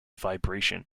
vibration